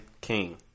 King